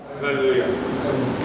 Hallelujah